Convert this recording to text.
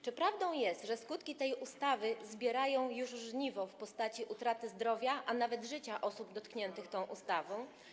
Czy prawdą jest, że skutki tej ustawy zbierają już żniwo w postaci utraty zdrowia, a nawet życia osób dotkniętych tą ustawą?